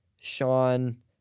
Sean